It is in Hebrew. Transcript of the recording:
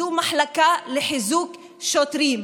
זו מחלקה לחיזוק שוטרים.